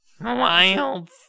Wild